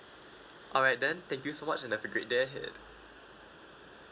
alright then thank you so much and have a great day ahead